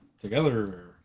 Together